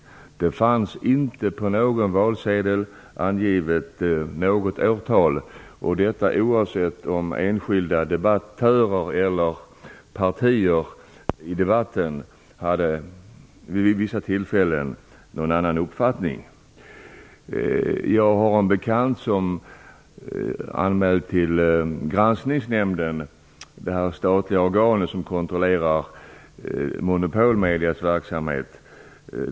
Det fanns inte angivet något årtal på någon valsedel. Detta gäller oavsett om enskilda debattörer eller partier vid vissa tillfällen i debatten hade en annan uppfattning. Jag har en bekant som har anmält en påannonsering inför ett nyhetsprogram till Granskningsnämnden, det statliga organ som kontrollerar monopolmediernas verksamhet.